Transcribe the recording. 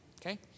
Okay